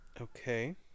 Okay